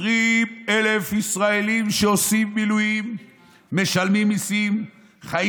"20,000 ישראלים שעושים מילואים ומשלמים מיסים וחיים